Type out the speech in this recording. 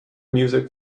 music